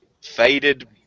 faded